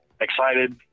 Excited